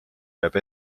jääb